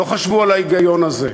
לא חשבו על ההיגיון הזה.